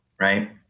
right